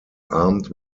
armed